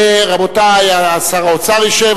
שר האוצר ישב.